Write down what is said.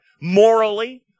morally